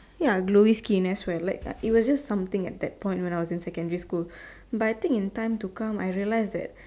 ya glowy skin as well like it were just something at that point when I was in secondary school but I think in time to come I realized that